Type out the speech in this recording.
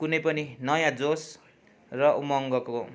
कुनै पनि नयाँ जोस र उमङ्गको